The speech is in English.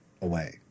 away